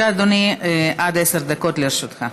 אדוני, עד עשר דקות לרשותך.